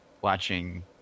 watching